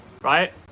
right